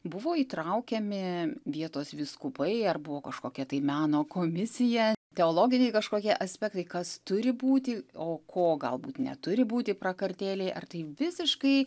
buvo įtraukiami vietos vyskupai ar buvo kažkokia tai meno komisija teologiniai kažkokie aspektai kas turi būti o ko galbūt neturi būti prakartėlėj ar tai visiškai